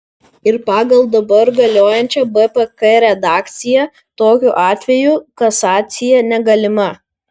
ir pagal dabar galiojančią bpk redakciją tokiu atveju kasacija negalima